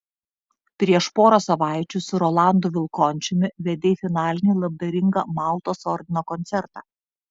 prieš porą savaičių su rolandu vilkončiumi vedei finalinį labdaringą maltos ordino koncertą